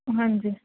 ਹਾਂਜੀ